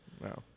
No